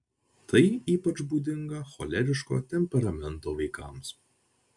tai ypač būdinga choleriško temperamento vaikams